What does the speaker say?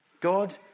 God